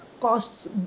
costs